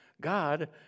God